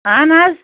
اہن حظ